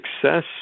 success